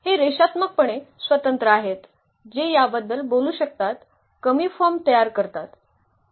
हे रेषात्मकपणे स्वतंत्र आहेत जे याबद्दल बोलू शकतात कमी फॉर्म तयार करतात